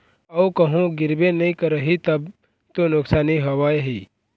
अऊ कहूँ गिरबे नइ करही तब तो नुकसानी हवय ही